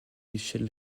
michel